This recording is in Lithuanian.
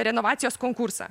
renovacijos konkursą